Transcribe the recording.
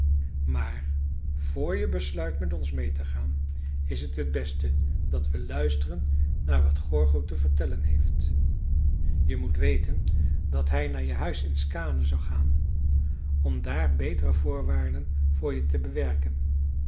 maar vr je besluit met ons meê te gaan is het t beste dat we luisteren naar wat gorgo te vertellen heeft je moet weten dat hij naar je huis in skaane zou gaan om daar betere voorwaarden voor je te bewerken